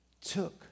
took